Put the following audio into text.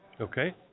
Okay